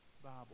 Bible